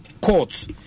courts